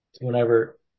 Whenever